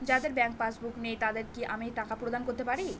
যাদের bank passbook নেই তাদের কি আমি টাকা প্রদান করতে পারি?